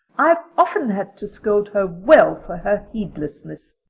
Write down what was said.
i've often had to scold her well for her heedlessness.